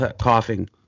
coughing